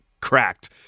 cracked